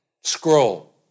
scroll